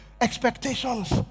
Expectations